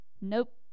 nope